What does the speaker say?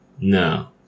No